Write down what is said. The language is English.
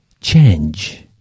change